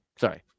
sorry